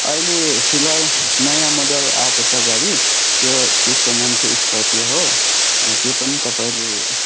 अहिले फिलहाल नयाँ मोडल आएको छ गाडी त्यो त्यसको नाम चाहिँ स्करपियो हो त्यो पनि तपाईँले